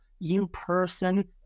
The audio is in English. in-person